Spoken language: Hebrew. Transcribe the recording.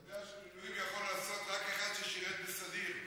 אתה יודע שמילואים יכול לעשות רק מי ששירת בסדיר.